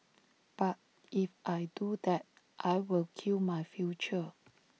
but if I do that I will kill my future